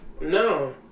No